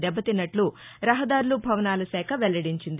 దెబ్బతిన్నట్లు రహదార్లు భవనాల శాఖ వెల్లడించింది